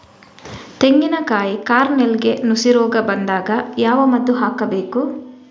ತೆಂಗಿನ ಕಾಯಿ ಕಾರ್ನೆಲ್ಗೆ ನುಸಿ ರೋಗ ಬಂದಾಗ ಯಾವ ಮದ್ದು ಹಾಕಬೇಕು?